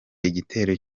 igitero